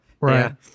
Right